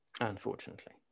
unfortunately